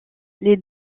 les